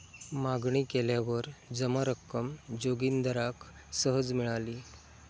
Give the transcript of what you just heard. मागणी केल्यावर जमा रक्कम जोगिंदराक सहज मिळाली